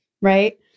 Right